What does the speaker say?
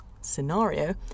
scenario